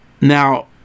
Now